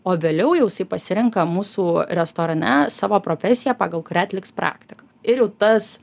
o vėliau jau jisai pasirenka mūsų restorane savo profesiją pagal kurią atliks praktiką ir jau tas